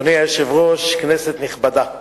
אדוני היושב-ראש, כנסת נכבדה,